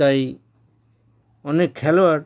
তাই অনেক খেলোয়াড়